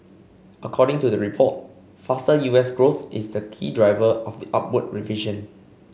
according to the report faster U S growth is the key driver of the upward revision